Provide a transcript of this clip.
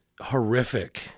horrific